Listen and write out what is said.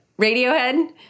radiohead